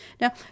Now